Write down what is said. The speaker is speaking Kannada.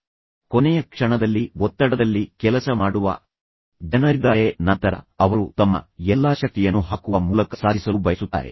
ತದನಂತರ ಕೊನೆಯ ಕ್ಷಣದಲ್ಲಿ ಒತ್ತಡದಲ್ಲಿ ಕೆಲಸ ಮಾಡುವ ಜನರಿದ್ದಾರೆ ಮತ್ತು ನಂತರ ಅವರು ತಮ್ಮ ಎಲ್ಲಾ ಶಕ್ತಿಯನ್ನು ಹಾಕುವ ಮೂಲಕ ಸಾಧಿಸಲು ಬಯಸುತ್ತಾರೆ